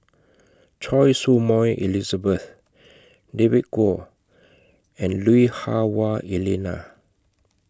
Choy Su Moi Elizabeth David Kwo and Lui Hah Wah Elena